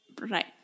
Right